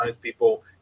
people